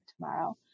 tomorrow